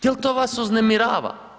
Je li to vas uznemirava?